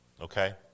okay